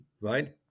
Right